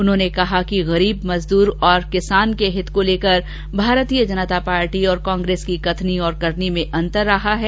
उन्होंने कहा कि गरीब मजदूर और किसान के हितों को लेकर भारतीय जनता पार्टी और कांग्रेस की कथनी और करनी में अंतर रहा है